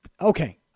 okay